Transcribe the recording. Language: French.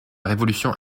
révolution